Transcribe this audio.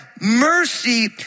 mercy